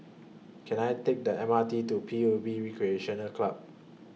Can I Take The M R T to P U B Recreation Club